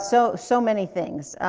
so, so many things,